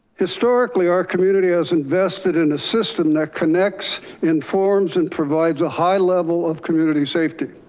historically our community has invested in a system that connects in forms and provides a high level of community safety.